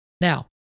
now